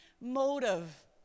motive